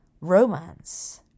Romance